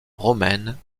romaine